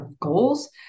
goals